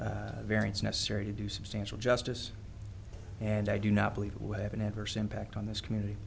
variance necessary to do substantial justice and i do not believe it would have an adverse impact on this community